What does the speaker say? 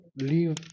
leave